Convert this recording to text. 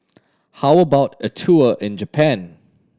how about a tour in Japan